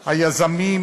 היזמים,